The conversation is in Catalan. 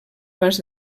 abans